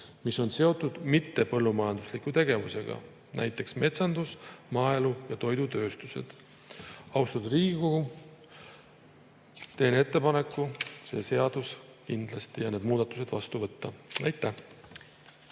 mis on seotud mittepõllumajandusliku tegevusega, näiteks metsandus, maaelu ja toidutööstused. Austatud Riigikogu, teen ettepaneku see seadus[eelnõu] ja need muudatused kindlasti vastu võtta. Aitäh!